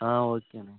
ஆ ஓகேண்ண